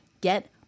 get